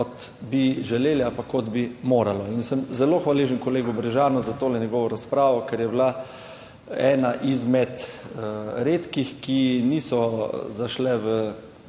kot bi želeli, ampak kot bi moralo. In sem zelo hvaležen kolegu Brežanu za to njegovo razpravo, ker je bila ena izmed redkih, ki niso zašle v